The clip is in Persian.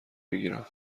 بکیرم